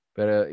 Pero